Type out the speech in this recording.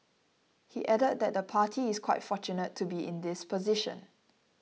he added that the party is quite fortunate to be in this position